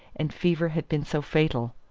and fever had been so fatal.